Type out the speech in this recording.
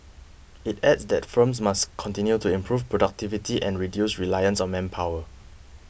it added that firms must continue to improve productivity and reduce reliance on manpower